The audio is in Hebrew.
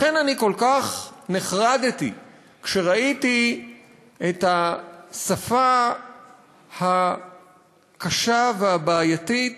לכן אני כל כך נחרדתי כשראיתי את השפה הקשה והבעייתית,